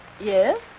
Yes